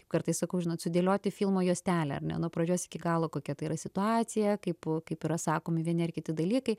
kaip kartais sakau žinot sudėlioti filmo juostelę ar ne nuo pradžios iki galo kokia tai yra situacija kaip po kaip yra sakomi vieni ar kiti dalykai